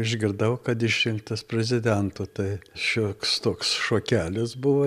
išgirdau kad išrinktas prezidentu tai šioks toks šokelis buvo